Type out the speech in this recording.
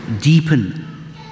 deepen